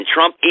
Trump